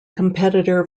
competitor